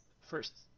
First